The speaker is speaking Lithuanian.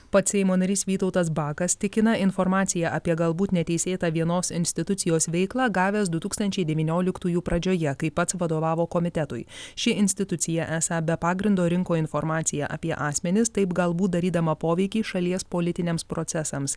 pats seimo narys vytautas bakas tikina informaciją apie galbūt neteisėtą vienos institucijos veiklą gavęs du tūkstančiai devynioliktųjų pradžioje kai pats vadovavo komitetui ši institucija esą be pagrindo rinko informaciją apie asmenis taip galbūt darydama poveikį šalies politiniams procesams